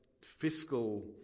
fiscal